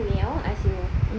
anyway I want to ask you